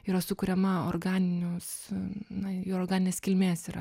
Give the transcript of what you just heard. yra sukuriama organinius na ji organinės kilmės yra